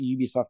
Ubisoft